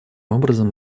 образом